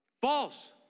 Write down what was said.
False